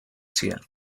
chia